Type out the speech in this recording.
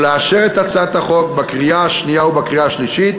ולאשר את הצעת החוק בקריאה השנייה והשלישית